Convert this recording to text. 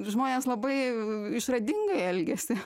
žmonės labai išradingai elgiasi